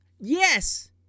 Yes